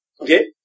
Okay